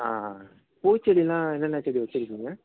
பூச்செடிலாம் என்னென்ன செடி வச்சுருக்கிங்க